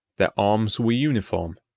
their arms were uniform,